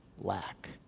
lack